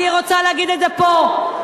אני רוצה להגיד את זה פה.